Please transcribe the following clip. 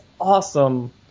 awesome